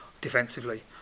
defensively